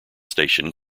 station